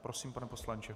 Prosím, pane poslanče.